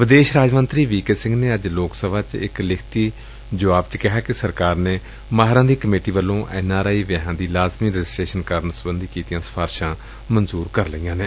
ਵਿਦੇਸ਼ ਰਾਜ ਮੰਤਰੀ ਵੀ ਕੇ ਸਿੰਘ ਨੇ ਅੱਜ ਲੋਕ ਸਭਾ ਚ ਇਕ ਲਿਖਤੀ ਜੁਆਬ ਚ ਕਿਹਾ ਕਿ ਸਰਕਾਰ ਨੇ ਮਾਹਿਰਾਂ ਦੀ ਕਮੇਟੀ ਵੱਲੋਂ ਐਨ ਆਰ ਆਈ ਵਿਆਹਾਂ ਦੀ ਲਾਜ਼ਮੀ ਰਜਿਸਟਰੇਸ਼ਨ ਕਰਨ ਸਬੰਧੀ ਕੀਤੀਆਂ ਸਿਫਾਰਸਾਂ ਮਨਜੁਰ ਕਰ ਲਈਆਂ ਏ